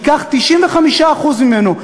ייקח 95% ממנו,